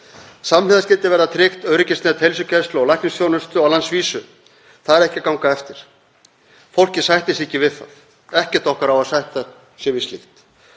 Samhliða skyldi verða tryggt öryggisnet heilsugæslu og læknisþjónustu á landsvísu. Það hefur ekki gengið eftir. Fólkið sættir sig ekki við það, ekkert okkar á að sætta sig við slíkt.